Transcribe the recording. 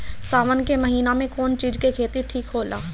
सावन के महिना मे कौन चिज के खेती ठिक होला?